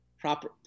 proper